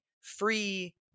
free